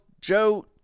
Joe